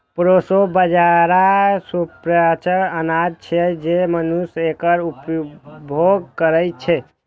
proso बाजारा सुपाच्य अनाज छियै, तें मनुष्य एकर उपभोग करै छै